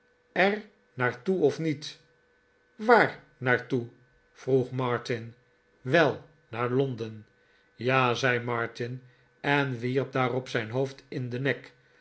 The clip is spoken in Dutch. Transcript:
er naar toe of riiet waar naar toe vroeg martin wel naar londen ja zei martin en wierp daarop zijn hoofd in den nek